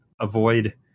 avoid